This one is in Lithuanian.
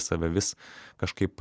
save vis kažkaip